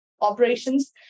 operations